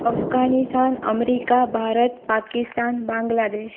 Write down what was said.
Afghanistan America Bharat Pakistan Bangladesh